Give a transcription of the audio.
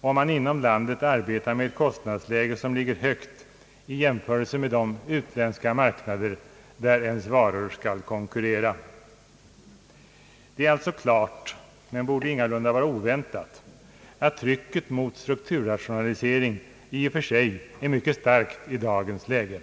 om man inom landet arbetar med ett kostnadsläge som ligger högt i jämförelse med de utländska marknader, där ens varor skall konkurrera. Det är alltså klart — men borde ingalunda vara oväntat — att trycket mot strukturrationalisering i och för sig är mycket starkt i dagens läge.